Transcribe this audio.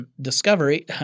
Discovery